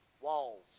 walls